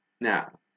Now